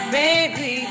baby